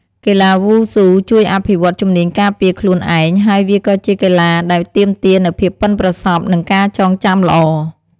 កីឡាវ៉ូស៊ូជួយអភិវឌ្ឍជំនាញការពារខ្លួនឯង ហើយវាក៏ជាកីឡាដែលទាមទារនូវភាពប៉ិនប្រសប់ និងការចងចាំល្អ។